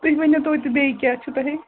تُہۍ ؤنِو توتہِ بیٚیہِ کیٛاہ چھُو تۄہہِ